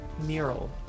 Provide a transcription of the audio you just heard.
mural